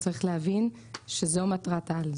צריך להבין שזו מטרת העל.